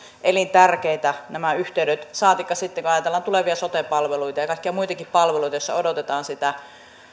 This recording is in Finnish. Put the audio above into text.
elintärkeitä saatikka sitten kun ajatellaan tulevia sote palveluita ja kaikkia muitakin palveluita joissa odotetaan sitä